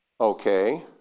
Okay